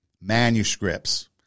manuscripts